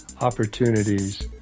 opportunities